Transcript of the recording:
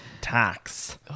tax